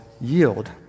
yield